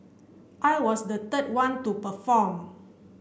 I was the third one to perform